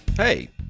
Hey